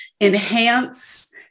enhance